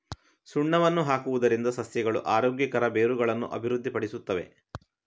ಸುಣ್ಣವನ್ನು ಹಾಕುವುದರಿಂದ ಸಸ್ಯಗಳು ಆರೋಗ್ಯಕರ ಬೇರುಗಳನ್ನು ಅಭಿವೃದ್ಧಿಪಡಿಸುತ್ತವೆ